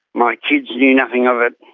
my kids knew nothing of it.